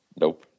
Nope